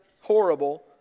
horrible